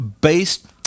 based